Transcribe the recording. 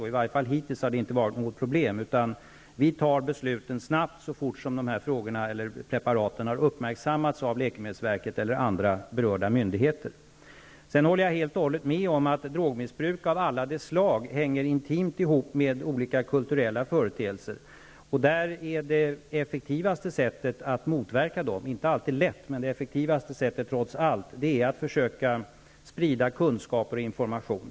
Hittills har det i varje fall inte varit något problem, utan vi fattar besluten snabbt så snart preparaten har uppmärksammats av läkemedelsverket eller andra berörda myndigheter. Sedan håller jag helt och hållet med om att drogmissbruk av alla de slag hänger intimt samman med olika kulturella företeelser. Det effektivaste sättet att motverka dem -- det är inte alltid lätt, men det är det effektivaste sättet -- är trots allt att försöka sprida kunskaper och information.